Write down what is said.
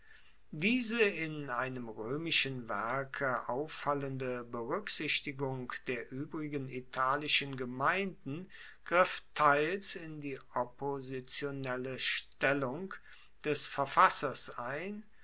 diese in einem roemischen werke auffallende beruecksichtigung der uebrigen italischen gemeinden griff teils in die oppositionelle stellung des verfassers ein